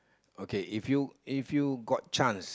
okay if you if you got chance